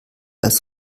als